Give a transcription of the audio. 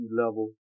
level